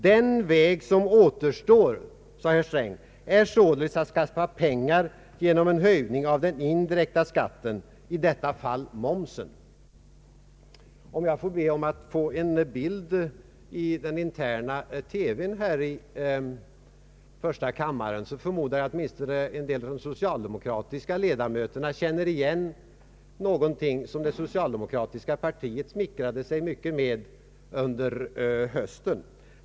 Den väg som återstår är således att skaffa pengar genom en höjning av den indirekta skatten, i detta fall ”momsen”.” Om jag kan få en bild i den interna television som finns här i första kammaren, förmodar jag att åtminstone en del av de socialdemokratiska ledamöterna känner igen någonting som det smickrade sig mycket med under hösten.